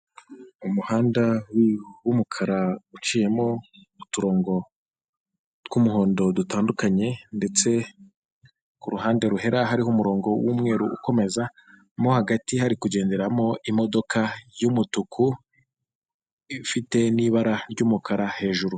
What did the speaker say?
Umuhanda w'umukara uciyemo uturongo tw'umuhondo dutandukanye ndetse ku ruhande ruhera hariho umurongo w'umweru ukomeza, mo hagati hari kugenderamo imodoka y'umutuku ifite n'ibara ry'umukara hejuru.